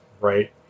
right